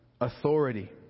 authority